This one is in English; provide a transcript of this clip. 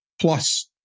plus